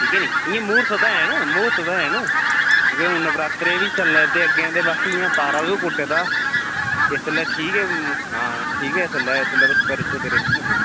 ठीक ऐ निं इ'यां मूर्हत ते हैन मूर्हत ते हैन की के हून नवरात्रे बी चलने ते अग्गें ते बाकी इ'यां तारा बी कुड्डे दा इसलै ठीक ऐ हां ठीक ऐ इसलै इसलै तुस करी सकदे रिंग सैरमनी